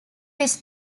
his